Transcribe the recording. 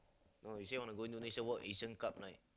no you say you want to go Indonesia what A_S_E_A_N cup Night